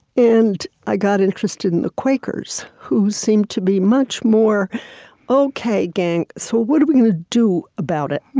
and i got interested in the quakers, who seemed to be much more ok, gang, so what are we gonna do about it?